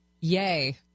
Yay